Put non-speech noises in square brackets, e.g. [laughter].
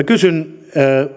[unintelligible] kysyn